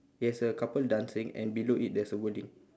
it has a couple dancing and below it there's a wording